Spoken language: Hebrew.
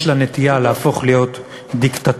יש לה נטייה להפוך להיות דיקטטורה.